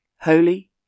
holy